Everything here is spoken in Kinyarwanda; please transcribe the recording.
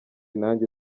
nanjye